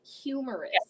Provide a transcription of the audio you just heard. humorous